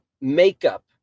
makeup